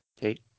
Kate